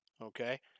Okay